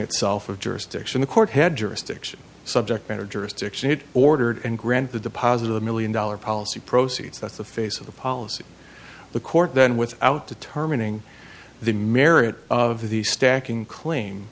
itself of jurisdiction the court had jurisdiction subject matter jurisdiction had ordered and grant the deposit of a million dollar policy proceeds that the face of the policy the court then without determining the merit of the stacking claim